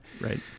Right